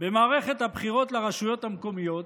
במערכת הבחירות לרשויות המקומיות,